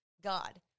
God